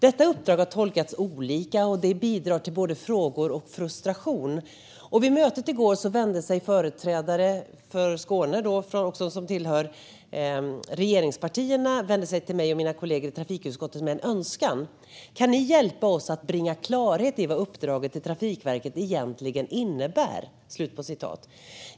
Detta uppdrag har tolkats olika, och det bidrar till både frågor och frustration. Vid mötet i går vände sig företrädare för Skåne, också tillhörande regeringspartierna, till mig och mina kollegor i trafikutskottet med en önskan om hjälp med att bringa klarhet i vad uppdraget till Trafikverket egentligen innebär.